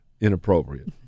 inappropriate